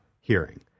hearing